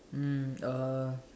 mm uh